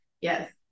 Yes